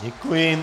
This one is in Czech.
Děkuji.